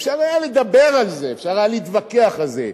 אפשר היה לדבר על זה, אפשר היה להתווכח על זה.